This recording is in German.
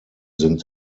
sind